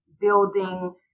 building